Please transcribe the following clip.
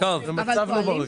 זה מצב לא בריא.